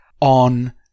on